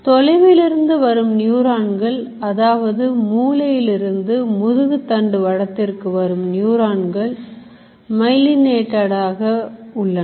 தொலைவிலிருந்து வரும் நியூரான்கள் அதாவது மூளையிலிருந்து முதுகு தண்டு வடத்திற்கு வரும் நியூரான்கள் Myelinated ஆக உள்ளன